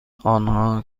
آنها